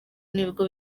nibwo